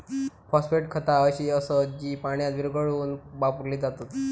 phosphate खता अशी असत जी पाण्यात विरघळवून वापरली जातत